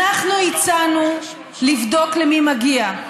אנחנו הצענו לבדוק למי מגיע,